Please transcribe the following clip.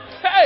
Hey